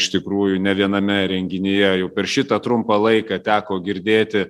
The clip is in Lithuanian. iš tikrųjų ne viename renginyje jau per šitą trumpą laiką teko girdėti